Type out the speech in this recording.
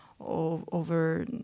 over